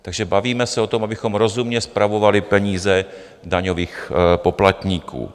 Takže bavíme se o tom, abychom rozumně spravovali peníze daňových poplatníků.